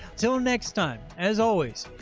until next time. as always,